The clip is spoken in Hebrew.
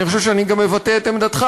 אני חושב שאני מבטא גם את עמדתך,